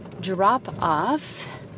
drop-off